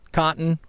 cotton